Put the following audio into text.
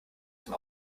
dem